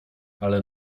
ale